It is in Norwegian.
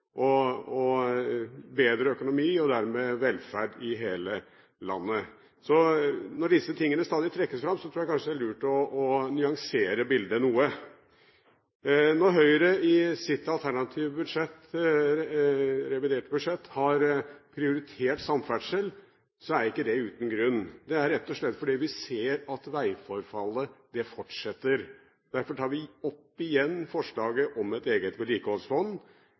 og bedre økonomi og dermed velferd i hele landet. Så når disse tingene stadig trekkes fram, er det kanskje lurt å nyansere bildet noe. Når Høyre i sitt alternative reviderte budsjett har prioritert samferdsel, er ikke det uten grunn. Det er rett og slett fordi vi ser at veiforfallet fortsetter. Derfor tar vi opp igjen forslaget om et eget vedlikeholdsfond.